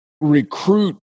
recruit